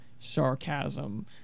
sarcasm